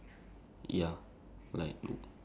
is there like letterings on